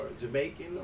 Jamaican